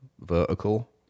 Vertical